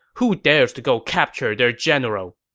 who dares to go capture their general?